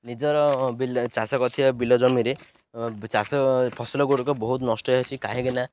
ନିଜର ବିଲ ଚାଷ କରିଥିବା ବିଲ ଜମିରେ ଚାଷ ଫସଲଗୁଡ଼ିକ ବହୁତ ନଷ୍ଟ ହେଉଛି କାହିଁକିନା